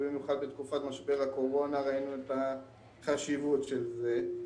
במיוחד בתקופת משבר הקורונה ראינו את החשיבות של זה.